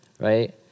right